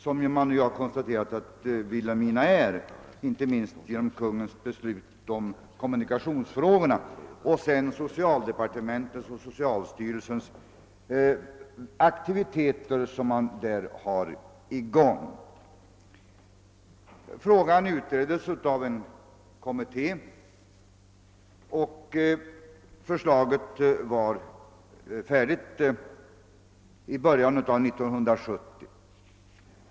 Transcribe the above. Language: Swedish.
Att Vilhelmina har denna karaktär har fastslagits inte minst genom beslut av Kungl. Maj:t i kommunikationsfrågor och även genom socialdepartementets och socialstyrelsens förläggning av vissa aktiviteter till detta område. Frågan utreddes av en kommitté, vars förslag blev färdigt i början av 1970.